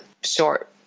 short